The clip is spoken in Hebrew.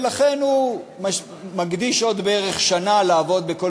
ולכן הוא מקדיש עוד בערך שנה לעבוד בכל